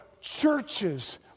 churches